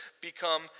become